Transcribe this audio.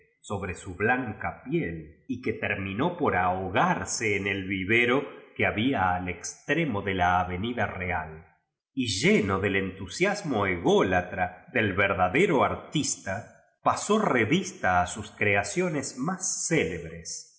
sobre u blanca piel y que terminó por ahogarse en el vivero que había al extremo de la ave nida real y lleno del entusiasmo ególatra del verpacifico magaziüfl ddero artista pasó revista a sus eren pio nes mis célebres se